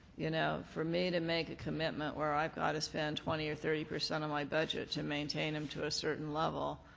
you know, for me to make a commitment where i've got to spend twenty or thirty percent of my budget to maintain them to a certain level,